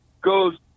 goes